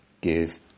give